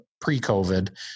pre-COVID